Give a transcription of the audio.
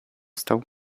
stał